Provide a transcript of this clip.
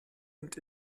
und